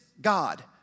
God